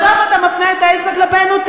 בסוף אתה מפנה את האצבע כלפינו?